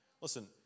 listen